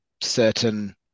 certain